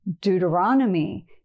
Deuteronomy